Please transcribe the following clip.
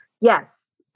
Yes